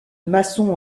maçon